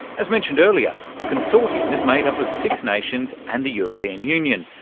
as mentioned earlier, the consortium is made up of six nations and the european union,